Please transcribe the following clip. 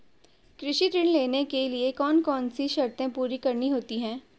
कृषि ऋण लेने के लिए कौन कौन सी शर्तें पूरी करनी होती हैं?